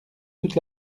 toute